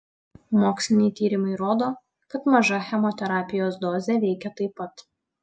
moksliniai tyrimai rodo kad maža chemoterapijos dozė veikia taip pat